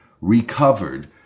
recovered